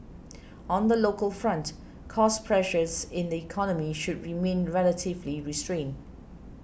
on the local front cost pressures in the economy should remain relatively restrained